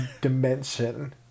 dimension